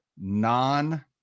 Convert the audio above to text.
non